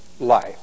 life